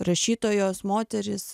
rašytojos moterys